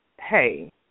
Hey